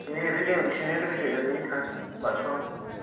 दे ओरै जोंनिथिंजायनो फैदो ओरै थांनोसै बारस' लांसै